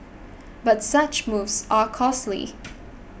but such moves are costly